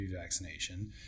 vaccination